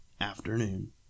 afternoon